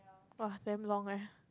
!wah! damn long eh